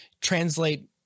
translate